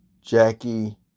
Jackie